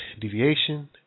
deviation